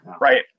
Right